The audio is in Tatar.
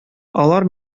алар